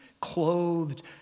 Clothed